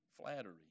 Flattery